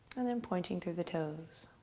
and then pointing through the toes.